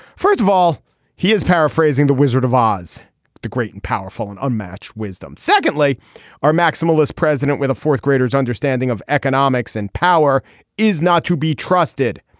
first of all he is paraphrasing the wizard of oz the great and powerful and unmatched wisdom. secondly our maximalist president with a fourth graders understanding of economics and power is not to be trusted.